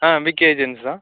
ஆ V K agency தான்